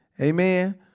Amen